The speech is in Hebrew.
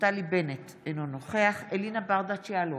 נפתלי בנט, אינו נוכח אלינה ברדץ' יאלוב,